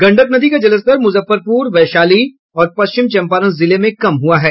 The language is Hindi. गंडक नदी का जलस्तर मुजफ्फरपुर वैशाली और पश्चिम चम्पारण जिले में कम हुआ है